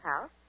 house